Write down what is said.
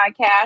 podcast